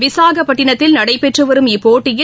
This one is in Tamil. விசாகப்பட்டினத்தில் நடைபெற்றுவரும் இப்போட்டியில்